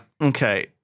Okay